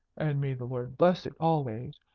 and may the lord bless it always!